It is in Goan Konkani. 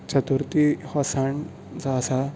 चतुर्थी हो सण जो आसा